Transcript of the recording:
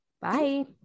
Bye